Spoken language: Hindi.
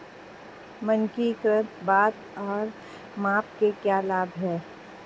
मानकीकृत बाट और माप के क्या लाभ हैं?